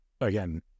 again